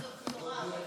זו בשורה.